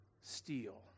steal